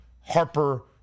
Harper